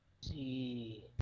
See